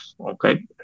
okay